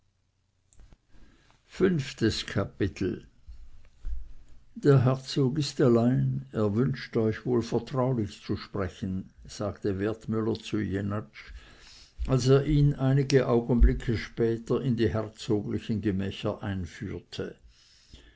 fünftes kapitel der herzog ist allein er wünscht euch wohl vertraulich zu sprechen sagte wertmüller zu jenatsch als er ihn einige augenblicke später in die herzoglichen gemächer einführte